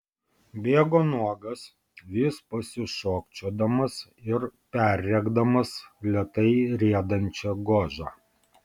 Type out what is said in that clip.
bėgo nuogas vis pasišokčiodamas ir perrėkdamas lėtai riedančią gožą